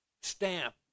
stamp